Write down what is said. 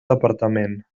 departament